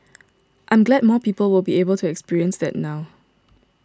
I'm glad more people will be able to experience that now